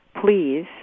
please